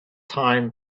time